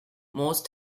most